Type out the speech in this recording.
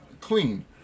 clean